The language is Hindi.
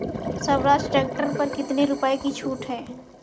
स्वराज ट्रैक्टर पर कितनी रुपये की छूट है?